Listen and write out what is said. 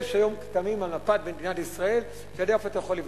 יש היום כתמים על מפת מדינת ישראל שאתה יודע איפה אתה יכול לבנות.